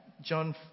john